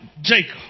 Jacob